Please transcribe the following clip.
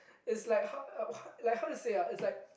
it's like how uh how like how to say ah it's like